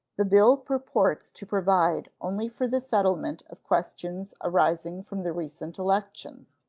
the bill purports to provide only for the settlement of questions arising from the recent elections.